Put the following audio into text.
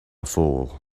fool